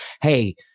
Hey